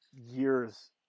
years